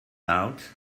out